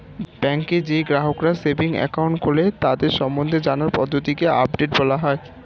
ব্যাংকে যেই গ্রাহকরা সেভিংস একাউন্ট খোলে তাদের সম্বন্ধে জানার পদ্ধতিকে আপডেট বলা হয়